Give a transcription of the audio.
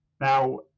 Now